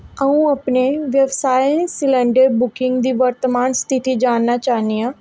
अ'ऊं अपने व्यवसाय सलैंडर बुकिंग दी वर्तमान स्थिति जानना चाह्न्नी आं